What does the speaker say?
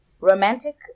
romantic